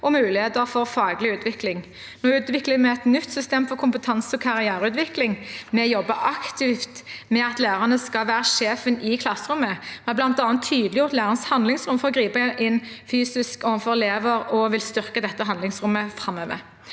og muligheter for faglig utvikling. Nå utvikler vi et nytt system for kompetanse og karriereutvikling. Vi jobber aktivt med at lærerne skal være sjefen i klasserommet. Vi har bl.a. tydeliggjort lærerens handlingsrom for å gripe inn fysisk overfor elever og vil styrke dette handlingsrommet framover.